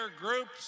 groups